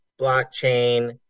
blockchain